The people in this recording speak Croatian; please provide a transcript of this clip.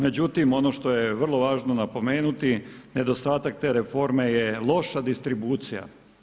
Međutim, ovo što je vrlo važno napomenuti, nedostatak te reforme je loša distribucija.